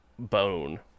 bone